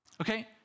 Okay